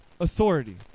authority